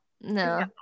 no